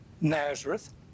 Nazareth